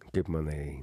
kaip manai